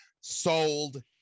sold